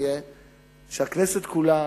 יהיה שהכנסת כולה,